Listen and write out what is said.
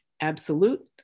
Absolute